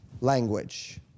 language